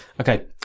Okay